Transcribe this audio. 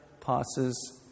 passes